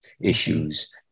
issues